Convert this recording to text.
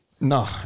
No